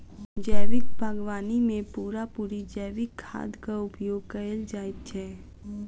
जैविक बागवानी मे पूरा पूरी जैविक खादक उपयोग कएल जाइत छै